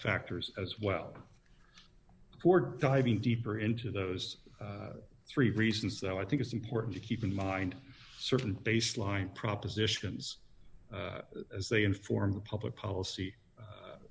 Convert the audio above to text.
factors as well or diving deeper into those three reasons though i think it's important to keep in mind certain baseline propositions as they inform the public policy